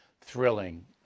thrilling